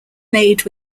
made